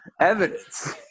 evidence